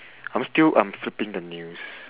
I'm still I'm flipping the news